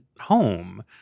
home